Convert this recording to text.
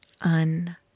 un-